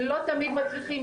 לא תמיד מצליחים,